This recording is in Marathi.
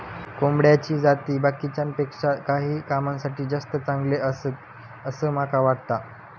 कोंबड्याची जाती बाकीच्यांपेक्षा काही कामांसाठी जास्ती चांगले आसत, असा माका वाटता